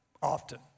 Often